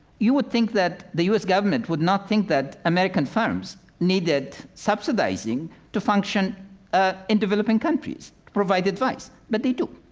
you would think that the us government would not think that american firms needed subsidizing to function ah in developing countries, provide advice, but they do.